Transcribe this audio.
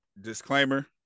Disclaimer